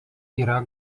yra